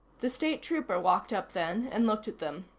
the state trooper walked up then, and looked at them.